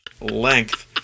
length